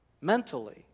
mentally